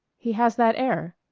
he has that air,